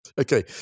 okay